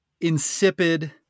insipid